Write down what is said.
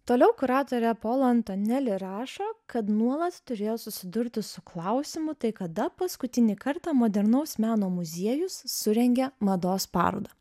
toliau kuratorė pola antoneli rašo kad nuolat turėjo susidurti su klausimu tai kada paskutinį kartą modernaus meno muziejus surengė mados parodą